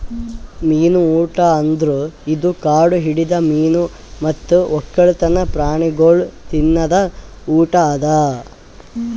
ಮೀನು ಊಟ ಅಂದುರ್ ಇದು ಕಾಡು ಹಿಡಿದ ಮೀನು ಮತ್ತ್ ಒಕ್ಕಲ್ತನ ಪ್ರಾಣಿಗೊಳಿಗ್ ತಿನದ್ ಊಟ ಅದಾ